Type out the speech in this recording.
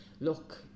look